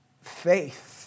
faith